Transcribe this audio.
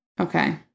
Okay